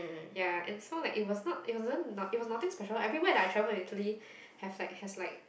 ya and so like it was not it wasn't not it was nothing special everywhere that I travel in Italy have like has like